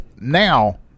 Now